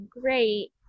great